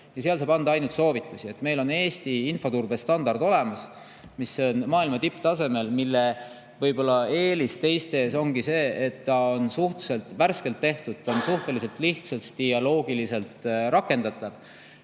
ja talle saab anda ainult soovitusi. Meil on Eestis infoturbestandard olemas, mis on maailma tipptasemel. Selle võib-olla eelis teiste ees ongi see, et see on suhteliselt [hiljuti] tehtud ning on suhteliselt lihtsalt ja loogiliselt rakendatav.